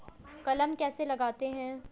कलम कैसे लगाते हैं?